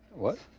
what?